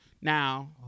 Now